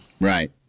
right